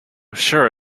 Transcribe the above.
sure